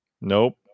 nope